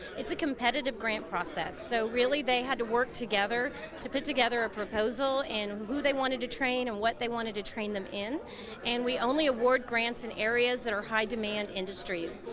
it's a competitive grant process, so really they had to work together to put together a proposal and who they wanted to train and what they wanted to train them in and we only award grants in areas that are high demand industries,